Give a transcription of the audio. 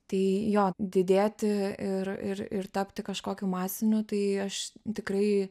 tai jo didėti ir ir ir tapti kažkokiu masiniu tai aš tikrai